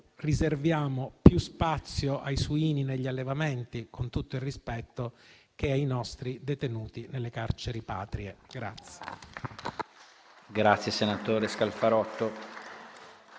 riserviamo più spazio ai suini negli allevamenti, con tutto il rispetto, che ai nostri detenuti nelle carceri patrie.